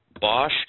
Bosch